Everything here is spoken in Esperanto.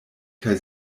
kaj